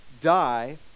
die